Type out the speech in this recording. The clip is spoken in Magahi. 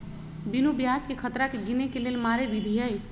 बिनु ब्याजकें खतरा के गिने के लेल मारे विधी हइ